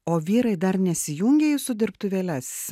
o vyrai dar nesijungia į jūsų dirbtuvėles